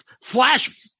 flash